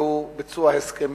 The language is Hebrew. והוא ביצוע הסכמים